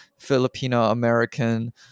Filipina-American